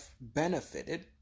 benefited